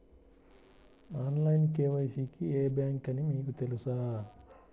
Online KYC కి ఏ bank అని మీకు తెలుసా?